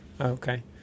Okay